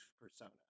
persona